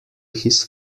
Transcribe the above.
his